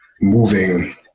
moving